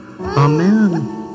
Amen